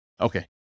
Okay